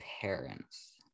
parents